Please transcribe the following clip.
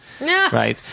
Right